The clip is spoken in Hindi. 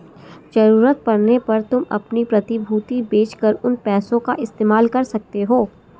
ज़रूरत पड़ने पर तुम अपनी प्रतिभूति बेच कर उन पैसों का इस्तेमाल कर सकते हो